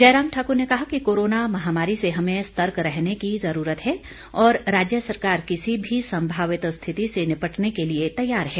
जयराम ठाकुर ने कहा कि कोरोना महामारी से हमें सक्रि य रहने की जरूरत हैं और राज्य सरकार किसी भी संभावित स्थिति से निपटने के लिए तैयार है